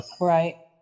Right